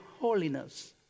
holiness